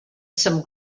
some